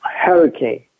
hurricane